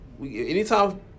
Anytime